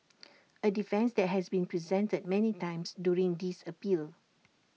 A defence that has been presented many times during this appeal